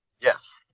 Yes